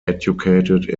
educated